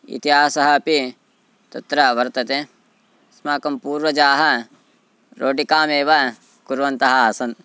इतिहासः अपि तत्र वर्तते अस्माकं पूर्वजाः रोटिकामेव कुर्वन्तः आसन्